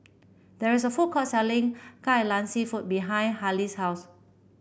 there is a food court selling Kai Lan seafood behind Harlie's house